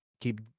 keep